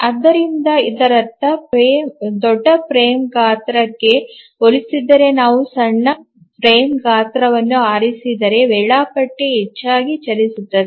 ಆದ್ದರಿಂದ ಇದರರ್ಥ ದೊಡ್ಡ ಫ್ರೇಮ್ ಗಾತ್ರಕ್ಕೆ ಹೋಲಿಸಿದರೆ ನಾವು ಸಣ್ಣ ಫ್ರೇಮ್ ಗಾತ್ರವನ್ನು ಆರಿಸಿದರೆ ವೇಳಾಪಟ್ಟಿ ಹೆಚ್ಚಾಗಿ ಚಲಿಸುತ್ತದೆ